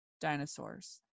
dinosaurs